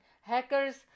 hackers